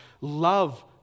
Love